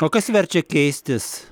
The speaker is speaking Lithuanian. o kas verčia keistis